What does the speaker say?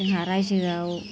जोंहा रायजोआव